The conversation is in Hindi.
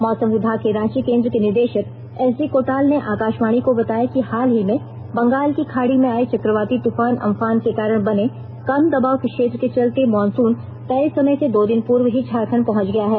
मौसम विभाग के रांची केन्द्र के निदेषक एसडी कोटाल ने आकाशवाणी को बताया कि हाल ही में बंगाल की खाड़ी में आये चक्रवाती तूफान अम्फान के कारण बने कम दबाव के क्षेत्र के चलते मानसून तय समय से दो दिन पूर्व ही झारखंड पहुंच गया है